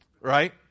Right